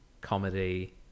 comedy